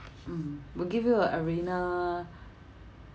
mm will give you a